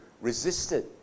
resisted